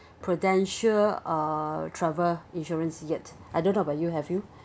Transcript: Prudential uh travel insurance yet I don't know about you have you